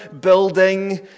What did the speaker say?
building